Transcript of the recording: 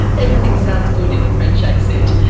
and everything sounds good in a french accent.